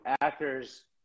actors